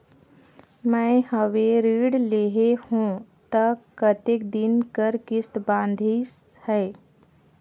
मैं हवे ऋण लेहे हों त कतेक दिन कर किस्त बंधाइस हे?